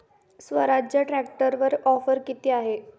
स्वराज्य ट्रॅक्टरवर ऑफर किती आहे?